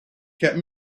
get